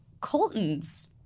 colton's